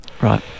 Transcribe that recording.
right